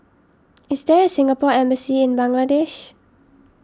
is there a Singapore Embassy in Bangladesh